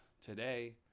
today